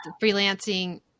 freelancing